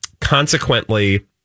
Consequently